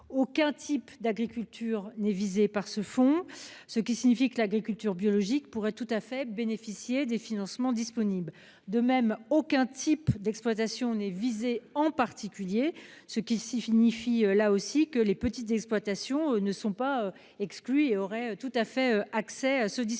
aucun type d'agriculture n'est visé par ce fonds, ce qui signifie que l'agriculture biologique pourrait tout à fait bénéficier des financements disponibles. De même, aucun type d'exploitation n'est visé en particulier ceux qui s'il finit fit là aussi que les petites exploitations ne sont pas exclues et aurait tout à fait accès à ce dispositif.